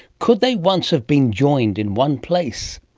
could they once have been joined in one place?